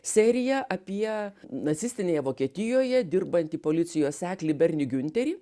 serija apie nacistinėje vokietijoje dirbantį policijos seklį bernį giunterį